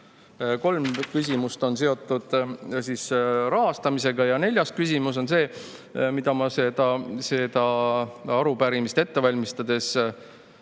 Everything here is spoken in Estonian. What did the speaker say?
Kolm küsimust on seotud rahastamisega. Neljas küsimus on selle kohta, mida ma seda arupärimist ette valmistades